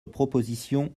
proposition